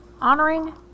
Honoring